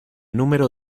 número